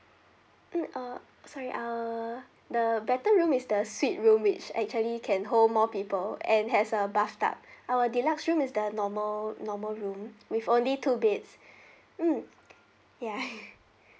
mm uh sorry uh the better room is the suite room which actually can hold more people and has a bath tub our deluxe room is the normal normal room with only two beds mm ya